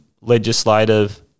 legislative